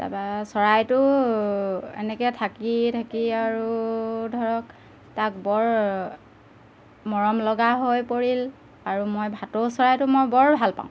তাপা চৰাইটো এনেকৈ থাকি থাকি আৰু ধৰক তাক বৰ মৰম লগা হৈ পৰিল আৰু মই ভাটৌ চৰাইটো মই বৰ ভাল পাওঁ